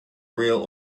real